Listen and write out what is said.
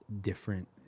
different